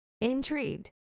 Intrigued